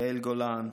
יעל גולן,